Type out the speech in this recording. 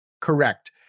Correct